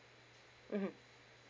mmhmm